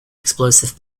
explosive